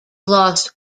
lost